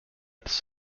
its